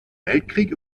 weltkrieg